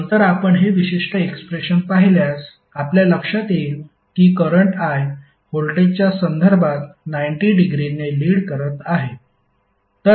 नंतर आपण हे विशिष्ट एक्सप्रेशन पाहिल्यास आपल्या लक्षात येईल की करंट I व्होल्टेजच्या संदर्भात 90 डिग्रीने लीड करत आहे